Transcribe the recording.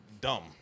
dumb